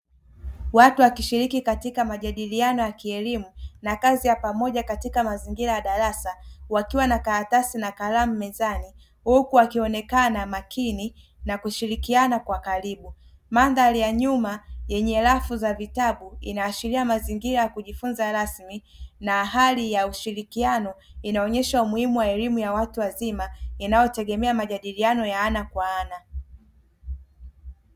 Watu wakishiriki katika majadiliano ya kielimu na kazi ya pamoja katika mazingira ya darasa, wakiwa na karatasi na kalamu mezani, huku wakionekana makini na kushirikiana kwa karibu; mandhari ya nyuma yenye rafu za vitabu inaashiria mazingira ya kujifunza rasmi, na hali ya ushirikiano inaonyesha umuhimu wa elimu ya watu wazima inayotegemea majadiliano ya ana kwa ana.